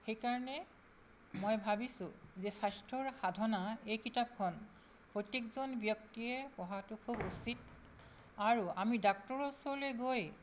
সেইকাৰণে মই ভাবিছোঁ যে স্বাস্থ্যৰ সাধনা এই কিতাপখন প্ৰত্যেকজন ব্যক্তিয়ে পঢ়াটো খুব উচিত আৰু আমি ডাক্তৰৰ ওচৰলৈ গৈ